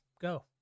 Go